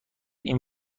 این